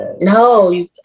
no